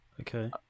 Okay